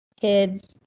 kids